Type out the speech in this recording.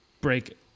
break